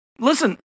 Listen